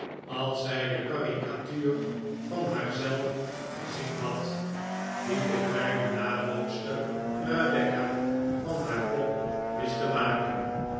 als zij de caricatuur van haarzelf gezien had die de kleine nabootster rebecca van haar pop wist te maken